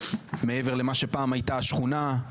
מעבר למה שפעם הייתה השכונה.